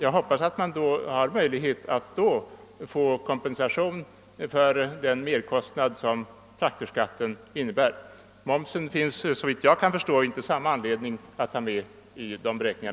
Jag hoppas att man då har möjlighet att få kompensation för den merkostnad som traktorskatten innebär. Momsen finns det, såvitt jag kan förstå, inte samma anledning att ta med i dessa beräkningar.